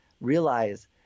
realize